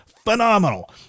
phenomenal